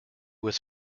was